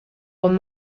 con